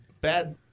bad